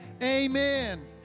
amen